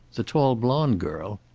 the tall blonde girl?